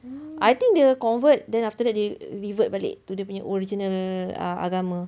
I think dia covert then after that dia revert balik to dia punya original ah agama